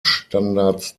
standards